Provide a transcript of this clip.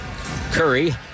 Curry